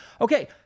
Okay